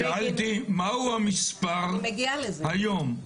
שאלתי מהו המספר, היום?